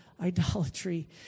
idolatry